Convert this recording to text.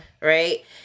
right